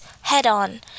head-on